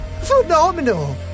phenomenal